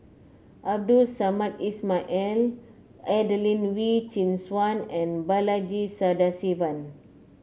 Abdul Samad Ismail and Adelene Wee Chin Suan and Balaji Sadasivan